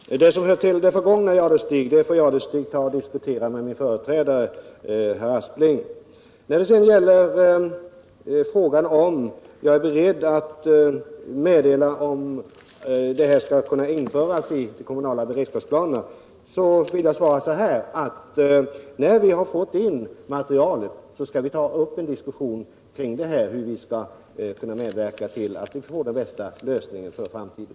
Herr talman! Det som hör till det förgångna får herr Jadestig diskutera med min företrädare, herr Aspling. Vad gäller frågan om jag är beredd att meddela om detta kan införas i de kommunala beredskapsplanerna vill jag svara: När vi har fått in materialet skall vi ta upp en diskussion kring frågan om hur vi skall kunna medverka till att vi får den bästa lösningen för framtiden.